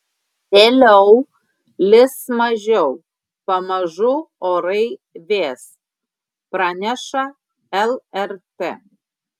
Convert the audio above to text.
vėliau lis mažiau pamažu orai vės praneša lrt